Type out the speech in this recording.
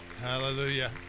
Hallelujah